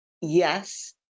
Yes